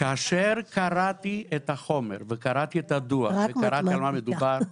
כאשר קראתי את החומר וקראתי את הדוח וקראתי על מה מדובר,